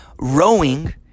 rowing